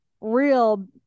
real